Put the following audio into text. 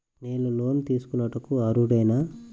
నేను లోన్ తీసుకొనుటకు అర్హుడనేన?